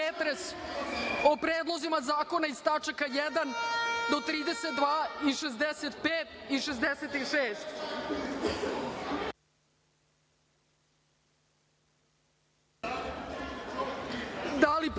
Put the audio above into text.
o predlozima zakona iz tačaka 1. do 32. i 65. i 66.Da li predstavnici